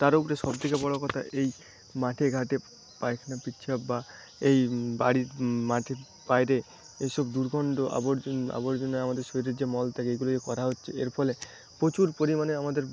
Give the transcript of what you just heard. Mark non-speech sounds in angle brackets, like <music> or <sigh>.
তার উপরে সবথেকে বড় কথা এই মাঠেঘাটে পায়খানা প্রস্রাব বা এই বাড়ির মাঠের বাইরে এইসব দুর্গন্ধ <unintelligible> আবর্জনা আমাদের শরীরে যে মলত্যাগ এগুলি করা হচ্ছে এরফলে প্রচুর পরিমাণে আমাদের